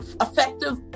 effective